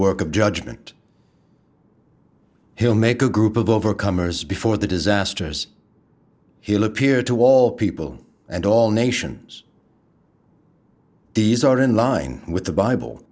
work of judgment he'll make a group of overcomers before the disasters he'll appear to all people and all nations these are in line with the bible